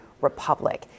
Republic